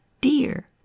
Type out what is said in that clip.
dear